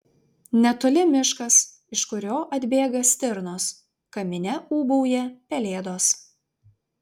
netoli miškas iš kurio atbėga stirnos kamine ūbauja pelėdos